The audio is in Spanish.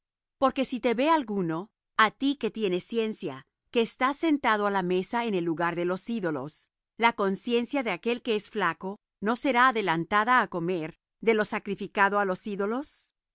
porque si te ve alguno á ti que tienes ciencia que estás sentado á la mesa en el lugar de los ídolos la conciencia de aquel que es flaco no será adelantada á comer de lo sacrificado á los ídolos